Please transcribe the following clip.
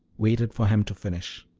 waited for him to finish.